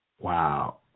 Wow